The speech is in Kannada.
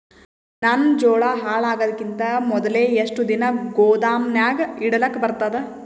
ನನ್ನ ಜೋಳಾ ಹಾಳಾಗದಕ್ಕಿಂತ ಮೊದಲೇ ಎಷ್ಟು ದಿನ ಗೊದಾಮನ್ಯಾಗ ಇಡಲಕ ಬರ್ತಾದ?